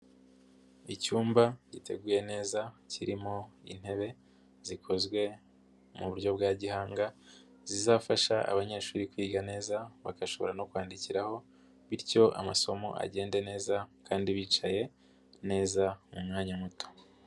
Icyumba giteguye neza kirimo intebe zikozwe mu buryo bwa gihanga zizafasha abanyeshuri kwiga neza bagashobora no kwandikiraho bityo amasomo agende neza kandi bicaye neza mu mwanya muto.